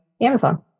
amazon